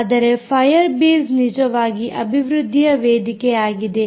ಆದರೆ Firebase ನಿಜವಾಗಿ ಅಭಿವೃದ್ದಿಯ ವೇದಿಕೆಯಾಗಿದೆ